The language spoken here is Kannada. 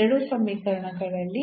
ಯಾವುದೇ ಮತ್ತು ಪದವಿಲ್ಲ